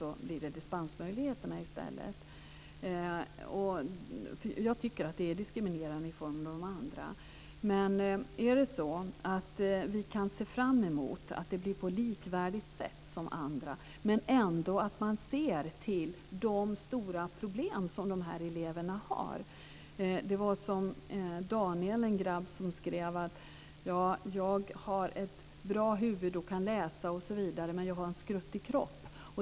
I stället blir det dispensmöjligheter. Jag tycker att det är diskriminerande i förhållande till de andra. Men jag hoppas att vi kan se fram emot att det blir på ett sätt som är likvärdigt med andra men att man ändå ser till de stora problem som dessa elever har. En grabb som heter Daniel skrev: Jag har ett bra huvud och kan läsa osv., men jag har en skruttig kropp.